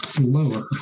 lower